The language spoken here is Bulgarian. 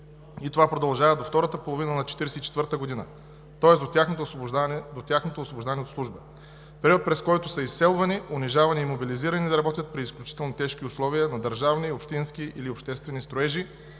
и това продължава до втората половина на 1944 г., тоест до тяхното освобождаване от служба. Период, през който са изселвани, унижавани и мобилизирани да работят при изключително тежки условия на държавни, общински или обществени строежи